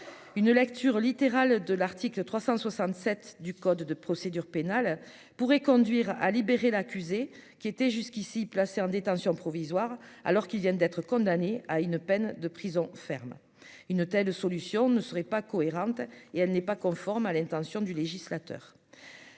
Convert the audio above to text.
une lecture littérale de l'article 367 du code de procédure pénale pourrait conduire à libérer l'accusé qui était jusqu'ici placé en détention provisoire, alors qu'ils viennent d'être condamné à une peine de prison ferme, une telle solution ne serait pas cohérente et elle n'est pas conforme à l'intention du législateur